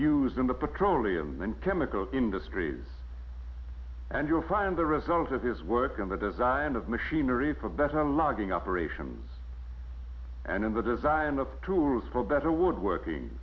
used in the petroleum and chemical industries and you'll find the results of his work in the design of machinery for better logging operations and in the design of tools for better woodworking